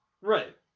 Right